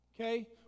Okay